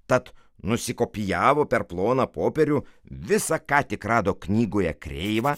tad nusikopijavo per ploną popierių visą ką tik rado knygoje kreivą